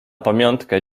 pamiątkę